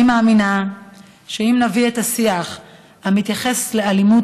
אני מאמינה שאם נביא את השיח המתייחס לאלימות